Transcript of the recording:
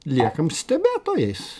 liekam stebėtojais